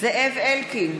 זאב אלקין,